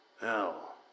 Hell